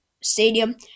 Stadium